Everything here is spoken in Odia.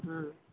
ହଁ